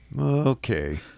okay